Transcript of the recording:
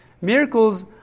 Miracles